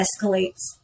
escalates